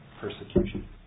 persecution